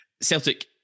Celtic